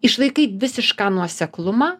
išlaikai visišką nuoseklumą